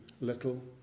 little